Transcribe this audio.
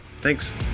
thanks